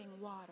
water